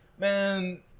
man